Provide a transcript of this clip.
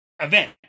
event